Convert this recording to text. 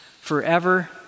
forever